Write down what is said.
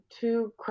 two